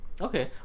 Okay